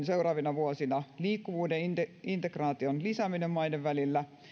seuraavina vuosina liikkuvuuden integraation lisääminen maiden välillä